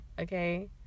Okay